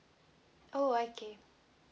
oh okay